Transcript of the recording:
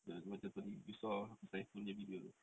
ah tu macam you saw pasal saiful punya video tu